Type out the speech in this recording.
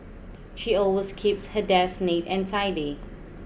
she always keeps her desk neat and tidy